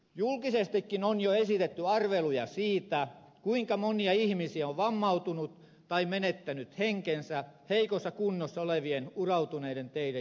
julkisestikin on jo esitetty arveluja siitä kuinka monia ihmisiä on vammautunut tai menettänyt henkensä heikossa kunnossa olevien urautuneiden teiden johdosta